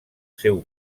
seu